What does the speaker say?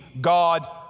God